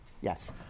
Yes